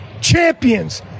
Champions